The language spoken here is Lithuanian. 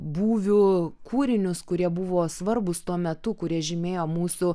būvių kūrinius kurie buvo svarbūs tuo metu kurie žymėjo mūsų